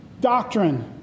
doctrine